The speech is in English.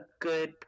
good